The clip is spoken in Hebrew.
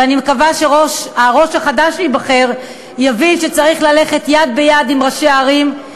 ואני מקווה שהראש החדש שייבחר יבין שצריך ללכת יד ביד עם ראשי ערים,